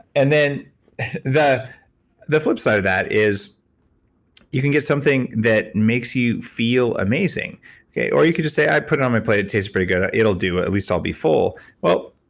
and then the the flip side of that is you can get something that makes you feel amazing or you can just say i put it on my plate, it tastes pretty good, it'll do. at least i'll be full. well,